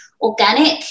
organic